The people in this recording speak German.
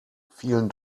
vielen